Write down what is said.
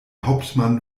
hauptmann